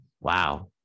wow